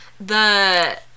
The-